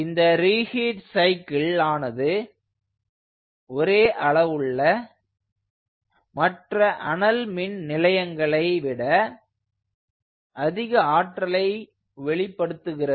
இந்த reheat cycle ஆனது ஒரே அளவுள்ள மற்ற அனல் மின் நிலையங்களை விட அதிக ஆற்றலை வெளிப்படுத்துகிறது